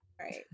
right